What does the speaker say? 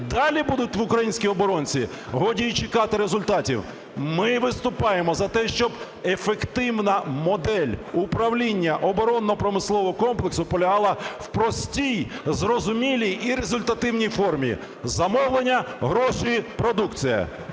далі будуть в українській оборонці, годі і чекати результатів. Ми виступаємо за те, щоб ефективна модель управління оборонно-промислового комплексу полягала в простій, зрозумілій і результативній формі. Замовлення, гроші, продукція.